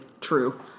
true